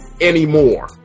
anymore